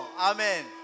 Amen